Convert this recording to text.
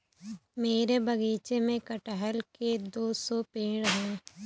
मेरे बगीचे में कठहल के दो सौ पेड़ है